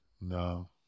No